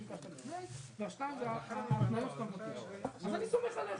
הוא לא באמת אמור על פי התכנון ואז מנתקים את החשמל,